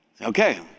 Okay